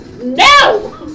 No